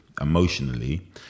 emotionally